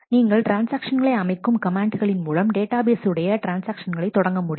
நீங்கள் ட்ரான்ஸ்ஆக்ஷன்களை அமைக்கும் கமெண்ட்களின் மூலம் டேட்டாபேஸ் உடைய ட்ரான்ஸ்ஆக்ஷன்களை தொடங்க முடியும்